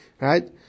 Right